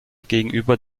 gegenüber